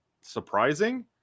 surprising